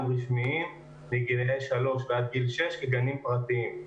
רשמיים מגילאי שלוש ועד גיל שש כגנים פרטיים,